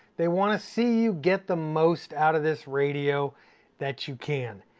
they wanna see you get the most out of this radio that you can.